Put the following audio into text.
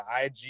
IG